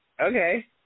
okay